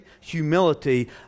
humility